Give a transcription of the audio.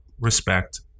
respect